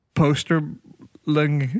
posterling